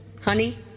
honey